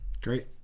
Great